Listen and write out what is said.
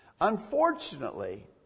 Unfortunately